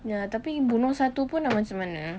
ya tapi bunuh satu pun dah macam mana